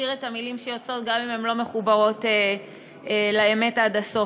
מכשיר את המילים שיוצאות גם אם הן לא מחוברות לאמת עד הסוף.